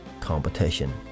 competition